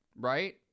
right